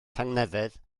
tangnefedd